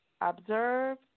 Observe